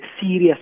serious